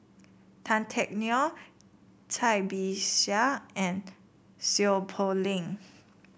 Tan Teck Neo Cai Bixia and Seow Poh Leng